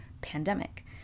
pandemic